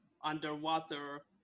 underwater